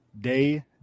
day